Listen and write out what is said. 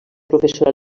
professora